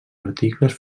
articles